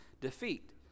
defeat